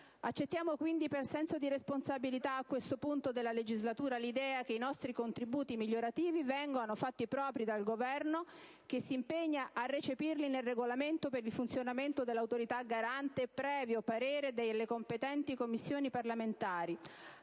Accettiamo quindi, per senso di responsabilità, a questo punto della legislatura, 1'idea che i nostri contributi migliorativi vengano fatti propri dal Governo, che si impegna a recepirli nel regolamento per il funzionamento dell'Autorità garante, previo parere delle competenti Commissioni parlamentari,